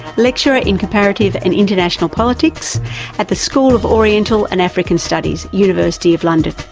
lecturer in comparative and international politics at the school of oriental and african studies, university of london.